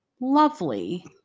lovely